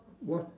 what